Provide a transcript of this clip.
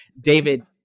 David